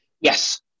Yes